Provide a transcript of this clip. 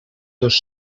dos